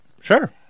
Sure